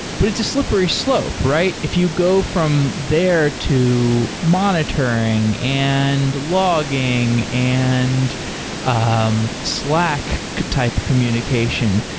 but it's a slippery slope, right? if you go from there to monitoring, and logging, and um slack type communication,